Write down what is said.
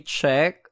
check